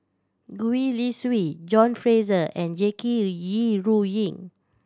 Gwee Li Sui John Fraser and Jackie Yi Ru Ying